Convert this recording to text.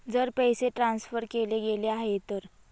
जर पैसे ट्रान्सफर केले गेले नाही तर?